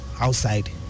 outside